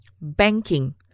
Banking